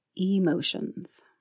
emotions